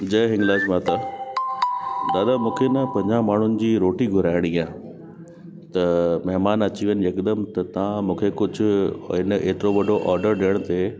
जय हिंगलाज माता दादा मूंखे ना पंजाहु माण्हुनि जी रोटी घुराइणी आहे त महिमान अची वञ हिकदमु त तव्हां मूंखे कुझु हिन हेतिरो वॾो ऑडर ॾियण ते